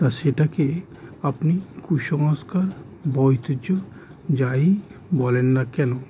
তা সেটাকে আপনি কুসংস্কার বা ঐতিহ্য যাই বলেন না কেন